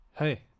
Hey